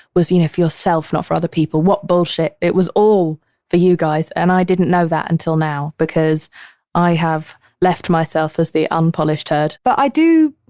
was, you know, for yourself, not for other people. what bullshit. it was all for you guys. and i didn't know that until now because i have left myself as the unpolished turd. but i do,